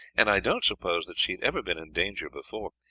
and i don't suppose that she had ever been in danger before.